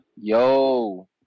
Yo